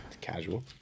Casual